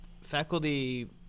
faculty